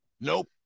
nope